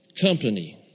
company